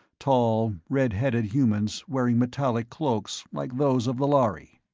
tall, redheaded humans wearing metallic cloaks like those of the lhari.